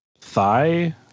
thigh